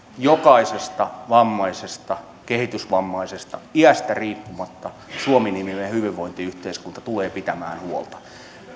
jokaisesta vammaisesta kehitysvammaisesta iästä riippumatta suomi niminen hyvinvointiyhteiskunta tulee pitämään huolta